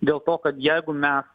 dėl to kad jeigu mes